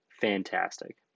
fantastic